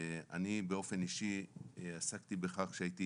אני באופן אישי עסקתי בכך כאשר כיהנתי